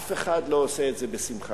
אף אחד לא עושה את זה בשמחה.